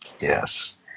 Yes